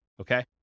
Okay